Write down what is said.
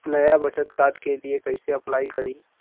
नया बचत कार्ड के लिए कइसे अपलाई करी?